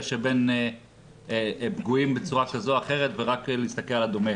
שבין פגועים בצורה כזו או אחרת ורק להסתכל על הדומה.